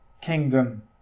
kingdom